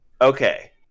Okay